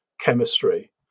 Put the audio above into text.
chemistry